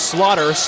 Slaughter